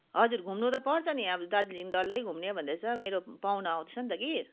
हजुर घुम्नु त पर्छ नि अब दार्जिलिङ डल्लै घुम्ने भन्दैछ मेरो पाहुना आउँदैछ नि त कि